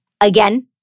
Again